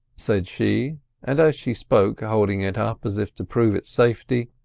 said she and as she spoke, holding it up as if to prove its safety,